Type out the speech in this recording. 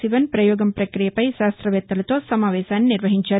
శివన్ ప్రయోగం ప్రక్రియపై శాస్రవేత్తలతో సమావేశాన్ని నిర్వహించారు